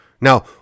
Now